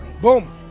Boom